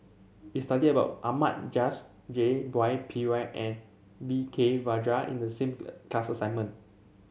we studied about Ahmad Jais J Y Pillay and V K Rajah in the similar class assignment